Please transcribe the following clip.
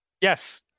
Yes